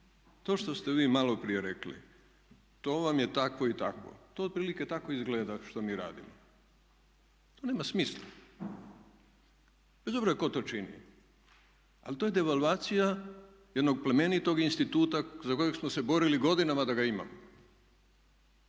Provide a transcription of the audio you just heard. to što ste vi maloprije rekli to vam je takvo i takvo. To otprilike tako izgleda što mi radimo. To nema smisla bez obzira tko to čini, ali to je devalvacija jednog plemenitog instituta za kojeg smo se borili godinama da ga imamo,